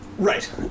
Right